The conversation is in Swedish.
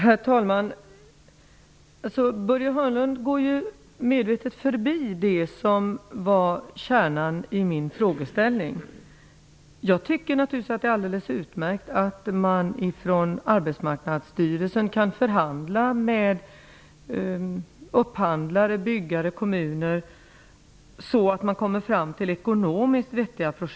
Herr talman! Börje Hörnlund går medvetet förbi det som var kärnan i min frågeställning. Jag tycker naturligtvis att det är alldeles utmärkt att Arbetsmarknadsstyrelsen kan förhandla med upphandlare, byggare och kommuner för att komma fram till ekonomiskt vettiga projekt.